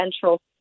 central